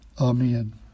Amen